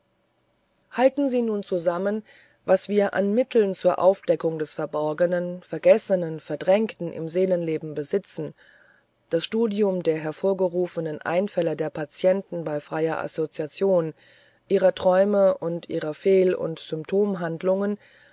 halten sie nun zusammen was wir an mitteln zur aufdeckung des verborgenen vergessenen verdrängten im seelenleben besitzen das studium der hervorgerufenen einfälle der patienten bei freier assoziation ihrer träume und ihrer fehl und